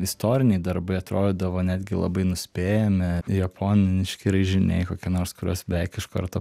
istoriniai darbai atrodydavo netgi labai nuspėjami japoniški raižiniai kokie nors kuriuos beveik iš karto